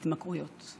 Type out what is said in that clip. התמכרויות.